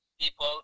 people